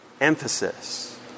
emphasis